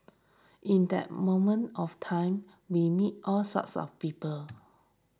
in that moment of time we meet all sorts of people